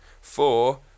Four